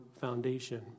foundation